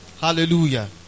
Hallelujah